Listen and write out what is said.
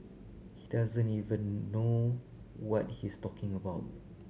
he doesn't even know what he's talking about